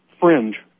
Fringe